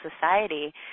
society